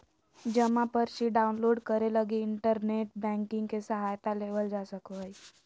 जमा पर्ची डाउनलोड करे लगी इन्टरनेट बैंकिंग के सहायता लेवल जा सको हइ